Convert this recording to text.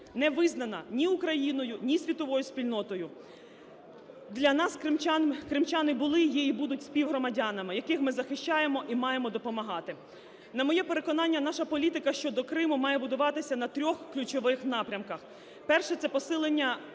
не визнана ні Україною, ні світовою спільнотою. Для нас кримчани були, є і будуть співгромадянами, яких ми захищаємо і маємо допомагати. На моє переконання, наша політика щодо Криму має будуватися на трьох ключових напрямках. Перше – це посилення